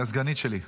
היא הסגנית שלי.